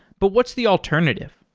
but what's the alternative?